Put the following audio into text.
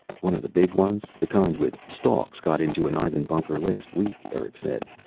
one of the big ones, the kind with stalks, got into an ivan bunker last week, eric said.